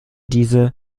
diese